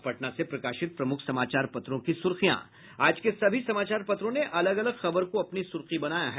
अब पटना से प्रकाशित प्रमुख समाचार पत्रों की सुर्खियां आज के सभी समाचार पत्रों ने अलग अलग खबर को अपनी सूर्खी बनाया है